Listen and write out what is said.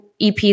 EP